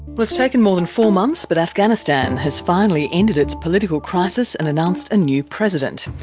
well, it's taken more than four months, but afghanistan has finally ended its political crisis and announced a new president.